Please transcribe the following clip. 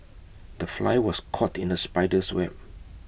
the fly was caught in the spider's web